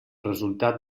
resultat